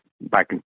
back